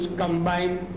combined